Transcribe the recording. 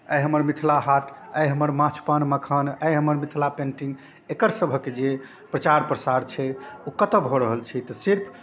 आइ हमर मिथिला हाट आइ हमर माछ पान मखान आइ हमर मिथिला पेन्टिंग एकरसभक जे प्रचार प्रसार छै ओ कतहु भऽ रहल छै तऽ सिर्फ